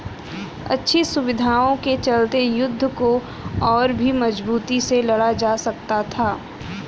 अच्छी सुविधाओं के चलते युद्ध को और भी मजबूती से लड़ा जा सकता था